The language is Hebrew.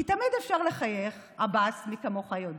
כי תמיד אפשר לחייך, עבאס, מי כמוך יודע,